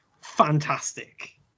Fantastic